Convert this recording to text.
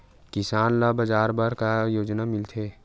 किसान ल बगीचा बर का योजना मिलथे?